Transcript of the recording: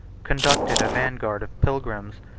conducted a van guard of pilgrims,